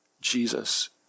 Jesus